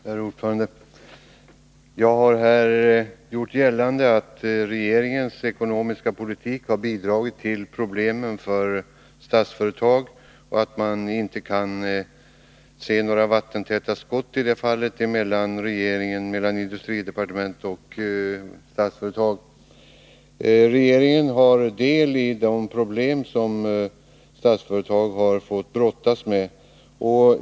Herr talman! Jag har här gjort gällande att regeringens ekonomiska politik har bidragit till problemen för Statsföretag och att man i detta fall inte kan se några vattentäta skott mellan industridepartementet och Statsföretag. Regeringen har del i de problem som Statsföretag har fått brottas med.